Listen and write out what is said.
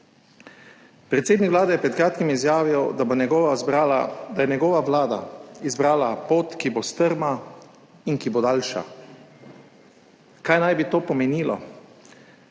Predsednik vlade je pred kratkim izjavil, da je njegova vlada izbrala pot, ki bo strma in ki bo daljša. Kaj naj bi to pomenilo?